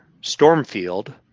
Stormfield